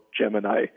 Gemini